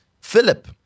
Philip